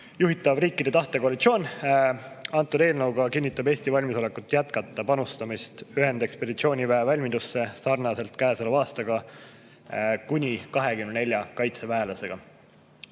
juhitav riikide tahtekoalitsioon. Eelnõuga kinnitab Eesti valmisolekut jätkata panustamist ühendekspeditsiooniväe valmidusse samamoodi nagu käesoleval aastal kuni 24 kaitseväelasega.